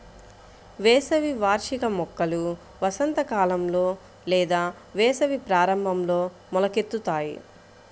వేసవి వార్షిక మొక్కలు వసంతకాలంలో లేదా వేసవి ప్రారంభంలో మొలకెత్తుతాయి